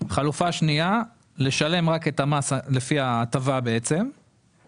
חלופה שנייה היא לשלם רק את המס לפי ההטבה וכדי